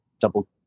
double